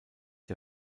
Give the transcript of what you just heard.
der